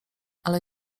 ale